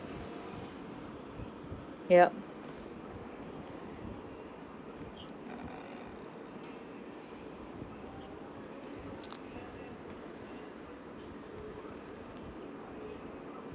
yup